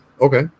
okay